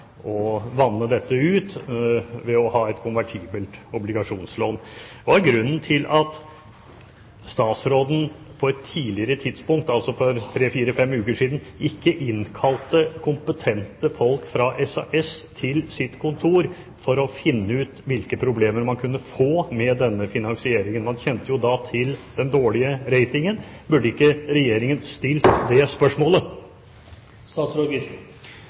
vanne dette ut ved å ha et konvertibelt obligasjonslån. Hva er grunnen til at statsråden på et tidligere tidspunkt, altså for tre, fire, fem uker siden, ikke innkalte kompetente folk fra SAS til sitt kontor for å finne ut hvilke problemer man kunne få med denne finansieringen? Man kjente jo da til den dårlige ratingen. Burde ikke Regjeringen ha stilt det spørsmålet?